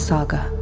Saga